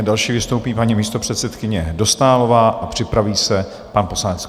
Další vystoupí paní místopředsedkyně Dostálová a připraví se pan poslanec Kott.